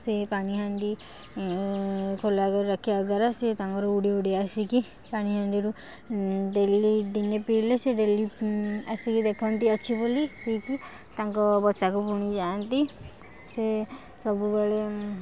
ସେ ପାଣି ହାଣ୍ଡି ଖୋଲା କରିକି ରଖିବା ଦ୍ଵାରା ସିଏ ତାଙ୍କର ଉଡ଼ି ଉଡ଼ି ଆସିକି ପାଣି ହାଣ୍ଡିରୁ ଡେଲି ଦିନେ ପିଇଲେ ସେ ଡେଲି ଆସିକି ଦେଖନ୍ତି ଅଛି ବୋଲି ପିଇକି ତାଙ୍କ ବସା କୁ ଫୁଣି ଯାଆନ୍ତି ସେ ସବୁବେଳେ